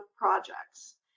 projects